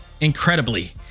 incredibly